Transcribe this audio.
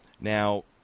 Now